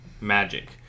magic